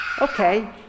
Okay